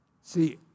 See